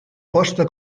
posta